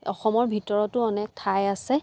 অসমৰ ভিতৰতো অনেক ঠাই আছে